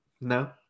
No